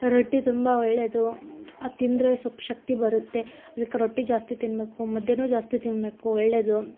ರೊಟ್ಟಿ ತುಂಬ ಒಳ್ಳೇದು ಅದು ತಿಂದರೆ ಸ್ವಲ್ಪ್ ಶಕ್ತಿ ಬರುತ್ತೆ ಅದಕ್ಕೆ ರೊಟ್ಟಿ ಜಾಸ್ತಿ ತಿನ್ಬೇಕು ಮುದ್ದೆನೂ ಜಾಸ್ತಿ ತಿನ್ಬೇಕು ಒಳ್ಳೇದು